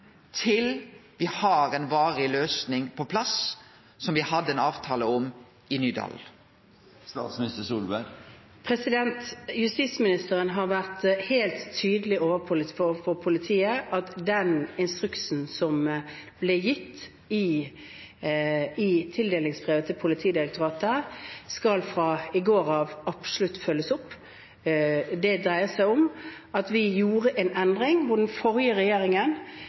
til me har ei varig løysing på plass, som me hadde ein avtale om i Nydalen? Justisministeren har vært helt tydelig overfor Politiet på at den instruksen som ble gitt i tildelingsbrevet til Politidirektoratet, fra i går av absolutt skal følges opp. Det dreier seg om at vi gjorde en endring. Der den forrige regjeringen